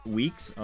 weeks